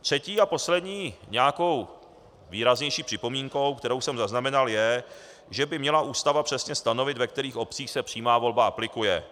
Třetí a poslední nějakou výraznější připomínkou, kterou jsem zaznamenal, je, že by měla ústava přesně stanovit, ve kterých obcích se přímá volba aplikuje.